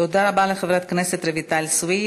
תודה רבה לחברת הכנסת רויטל סויד.